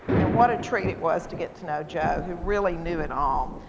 and what a treat it was to get to know joe who really knew it all,